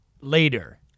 later